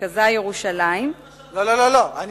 שמרכזה ירושלים, את